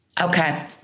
Okay